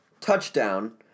touchdown